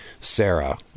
Sarah